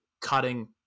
cutting